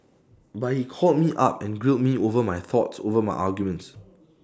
but he called me up and grilled me over my thoughts over my arguments